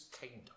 kingdom